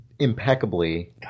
impeccably